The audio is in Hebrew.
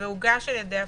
והוגש על-ידי הפורום.